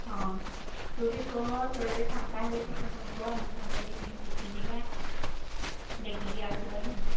ହଁ ତୁ ବି କହ ତୋର ବି ଫାଙ୍କା ହେଲେ ସମସ୍ତଙ୍କୁ କହ ଆମେ ସାଙ୍ଗ ହେଇକି ମିଶିକି ଯିବା ଦେଖିକି ଆସିବା ନା